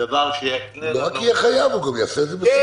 הוא לא רק יהיה חייב, הוא גם יעשה את זה בשמחה.